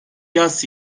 yas